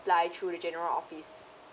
through the general office